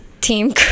team